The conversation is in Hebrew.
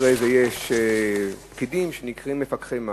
אחרי זה יש פקידים שנקראים "מפקחי מס".